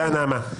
תודה רבה, נעמה.